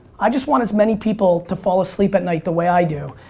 i just want as many people to fall asleep at night the way i do.